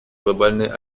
глобальные